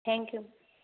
thank you